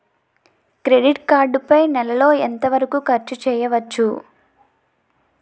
Credit card పై నెల లో ఎంత వరకూ ఖర్చు చేయవచ్చు?